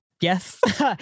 Yes